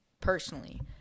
personally